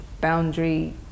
boundary